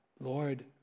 Lord